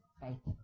faith